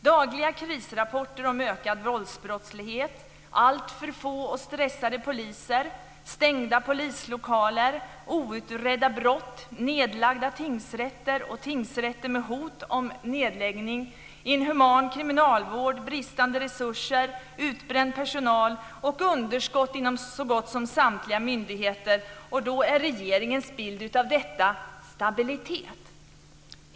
Dagliga krisrapporter om ökad våldsbrottslighet, alltför få och stressade poliser, stängda polislokaler, outredda brott, nedlagda tingsrätter och tingsrätter med hot om nedläggning, inhuman kriminalvård, bristande resurser, utbränd personal och underskott inom så gott som samtliga myndigheter. Regeringens bild av detta är stabilitet!